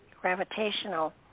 gravitational